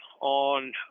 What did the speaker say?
on